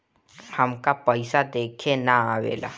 हमका पइसा देखे ना आवेला?